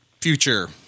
future